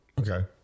Okay